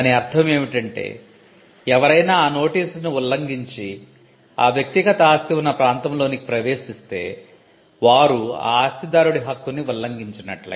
దాని అర్ధం ఏమిటంటే ఎవరైనా ఆ నోటీసును ఉల్లంఘించి ఆ వ్యక్తిగత ఆస్తివున్న ప్రాంతం లోనికి ప్రవేశిస్తే వారు ఆ ఆస్తిదారుడి హక్కుని ఉల్లంఘించినట్లే